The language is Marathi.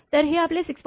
तर हे आपले 6